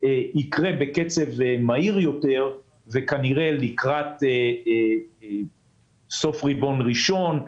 יקרה בקצב מהיר יותר וכנראה לקראת סוף הרבעון הראשון,